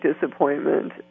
disappointment